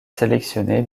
sélectionné